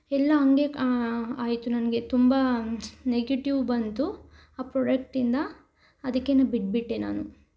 ಎಲ್ಲ ಹಂಗೇ ಆಯಿತು ನನಗೆ ತುಂಬ ನೆಗೆಟಿವ್ ಬಂತು ಆ ಪ್ರೊಡಕ್ಟಿಂದ ಅದಕ್ಕೇನೆ ಬಿಟ್ಬಿಟ್ಟೆ ನಾನು